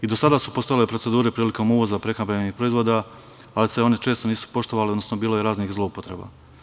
I do sada su postojale procedure prilikom uvoza prehrambenih proizvoda, ali se one često nisu poštovale, odnosno bilo je raznih zloupotreba.